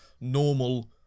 normal